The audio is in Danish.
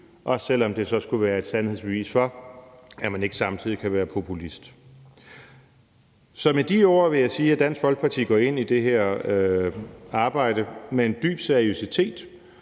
også selv om det så skulle være et sandhedsbevis for, at man ikke samtidig kan være populist. Så med de ord vil jeg sige, at Dansk Folkeparti går ind i det her arbejde med en dyb seriøsitet,